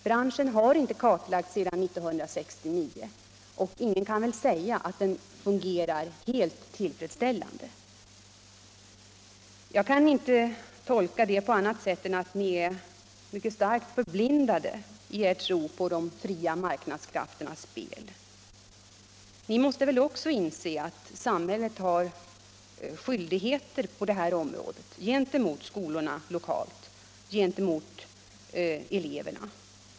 Branschen har inte kartlagts sedan 1969, och ingen kan väl säga att den fungerar helt tillfredsställande. Jag kan inte tolka det på annat sätt än att ni är mycket starkt förblindade i er tro på de fria marknadskrafternas spel. Ni måste väl också inse att samhället har skyldigheter på detta område, gentemot skolorna lokalt, gentemot eleverna.